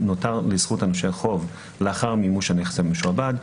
נותר לזכות הנושה חוב לאחר מימוש הנכס המשועבד,